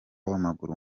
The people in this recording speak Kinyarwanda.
w’amaguru